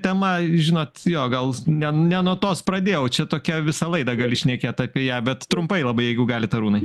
tema žinot jo gal ne ne nuo tos pradėjau čia tokia visą laidą gali šnekėt apie ją bet trumpai labai jeigu galit arūnai